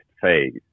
phase